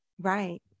right